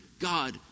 God